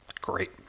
great